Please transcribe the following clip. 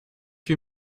que